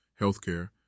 healthcare